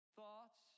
thoughts